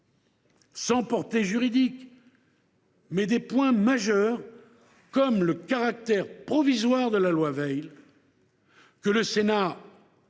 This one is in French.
sans portée juridique, mais des points majeurs, comme le caractère provisoire de la loi, que le Sénat souhaitait